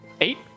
Eight